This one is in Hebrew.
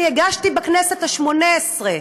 הגשתי בכנסת השמונה-עשרה.